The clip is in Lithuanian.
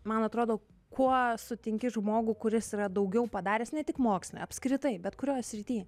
man atrodo kuo sutinki žmogų kuris yra daugiau padaręs ne tik moksle apskritai bet kurioj srity